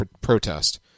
protest